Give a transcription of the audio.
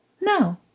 No